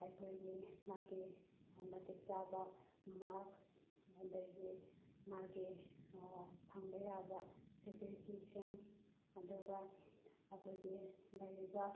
ꯑꯩꯈꯣꯏꯒꯤ ꯃꯥꯒꯤ ꯃꯇꯤꯛꯆꯥꯕ ꯃꯥꯛꯁ ꯑꯗꯒꯤ ꯃꯥꯒꯤ ꯐꯪꯕ ꯌꯥꯕ ꯐꯦꯁꯤꯂꯤꯇꯤꯁꯤꯡ ꯑꯗꯨꯒ ꯑꯩꯈꯣꯏꯒꯤ ꯂꯩꯔꯤꯕ